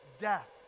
death